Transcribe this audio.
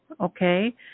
Okay